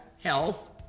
health